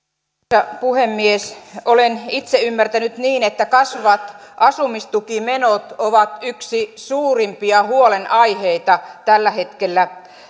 arvoisa puhemies olen itse ymmärtänyt niin että kasvavat asumistukimenot ovat yksi suurimpia huolenaiheita tällä hetkellä